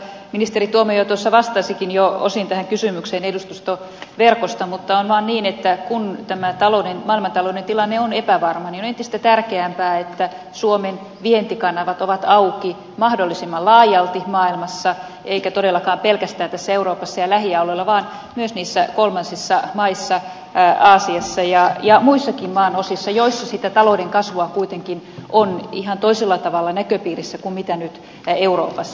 ministeri tuomioja tuossa vastasikin jo osin tähän kysymykseen edustustoverkosta mutta on vaan niin että kun tämä maailmantalouden tilanne on epävarma niin on entistä tärkeämpää että suomen vientikanavat ovat auki mahdollisimman laajalti maailmassa eikä todellakaan pelkästään euroopassa ja lähialueilla vaan myös niissä kolmansissa maissa aasiassa ja muissakin maanosissa joissa sitä talouden kasvua kuitenkin on ihan toisella tavalla näköpiirissä kuin nyt euroopassa